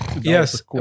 Yes